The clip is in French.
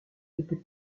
n’était